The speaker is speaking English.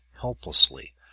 helplessly